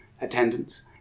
attendance